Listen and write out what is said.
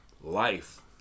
life